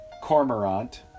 cormorant